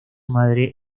madre